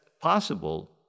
possible